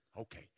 Okay